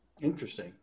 Interesting